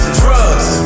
drugs